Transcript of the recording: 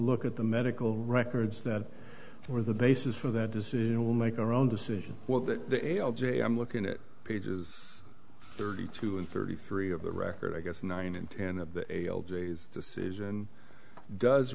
look at the medical records that were the basis for that decision will make our own decision what that l j i'm looking at pages thirty two and thirty three of the record i guess nine and ten days decision does